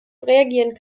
reagieren